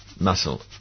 muscle